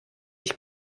ich